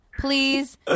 Please